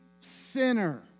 sinner